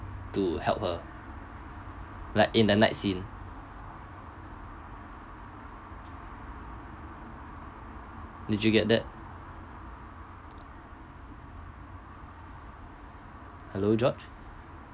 to help her like in that night scene did you get that hello josh